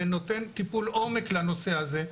ונותן טיפול עומק לנושא הזה,